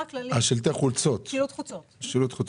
שילוט חוצות.